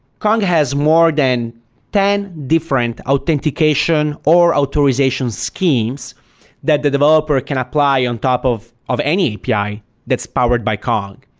kong has more than ten different authentication or authorization schemes that the developer can apply on top of of any api that's powered by kong.